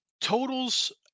totals